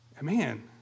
Man